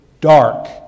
dark